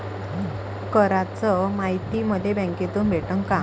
कराच मायती मले बँकेतून भेटन का?